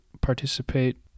participate